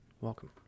Welcome